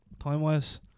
Time-wise